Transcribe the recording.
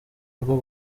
rwo